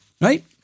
Right